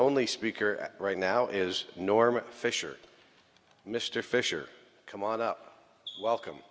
only speaker at right now is norman fisher mr fischer come on up welcome